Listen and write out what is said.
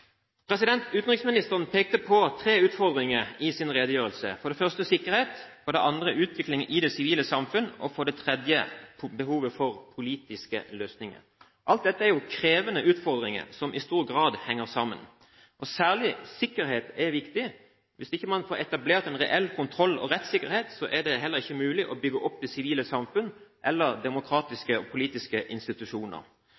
det andre utviklingen i det sivile samfunn og for det tredje behovet for politiske løsninger. Alt dette er krevende utfordringer som i stor grad henger sammen. Særlig sikkerhet er viktig. Hvis ikke man får etablert en reell kontroll og rettssikkerhet, er det ikke mulig å bygge opp det sivile samfunn eller